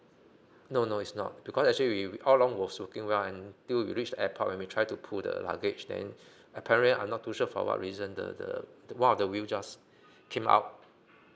no no is not because actually we all long was working well and until we reach airport when we try to pull the luggage then apparently I'm not too sure for what reason the the one of the wheel just came out